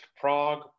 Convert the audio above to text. Prague